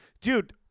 Dude